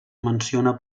menciona